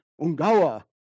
Ungawa